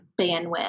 bandwidth